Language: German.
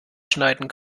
schneiden